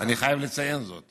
אני חייב לציין זאת